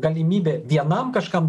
galimybė vienam kažkam